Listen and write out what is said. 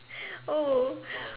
oh